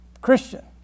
Christian